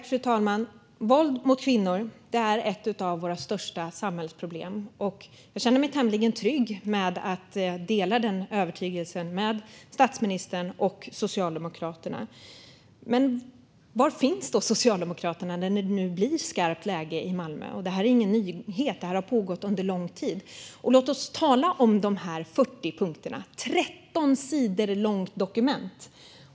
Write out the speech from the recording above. Fru talman! Våld mot kvinnor är ett av våra största samhällsproblem. Jag känner mig tämligen trygg med att jag delar den övertygelsen med statsministern och Socialdemokraterna. Men var finns Socialdemokraterna nu när det är skarpt läge i Malmö? Och det är ingen nyhet; det har pågått under lång tid. Låt oss tala om de här 40 punkterna! Det är ett 13 sidor långt dokument.